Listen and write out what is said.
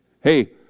hey